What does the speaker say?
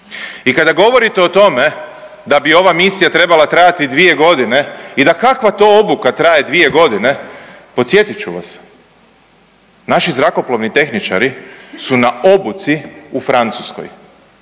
I kada govorite o tome da bi ova misija trebala trajati 2.g. i da kakva to obuka traje 2.g., podsjetit ću vas, naši zrakoplovni tehničari su na obuci u Francuskoj,